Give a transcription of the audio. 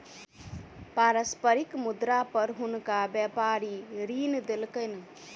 पारस्परिक मुद्रा पर हुनका व्यापारी ऋण देलकैन